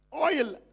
oil